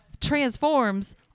transforms